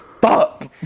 Fuck